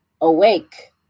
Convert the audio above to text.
awake